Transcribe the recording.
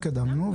התקדמנו,